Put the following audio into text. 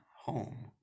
home